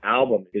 album